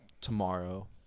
tomorrow